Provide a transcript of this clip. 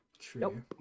True